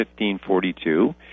1542